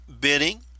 Bidding